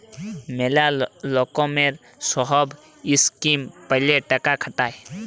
ম্যালা লকমের সহব ইসকিম প্যালে টাকা খাটায়